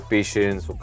Patience